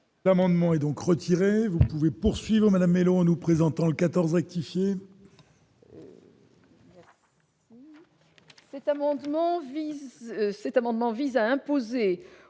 L'amendement est donc retiré, vous pouvez poursuivre Madame nous présentons le 14 rectifier.